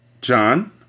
John